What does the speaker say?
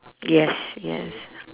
yes yes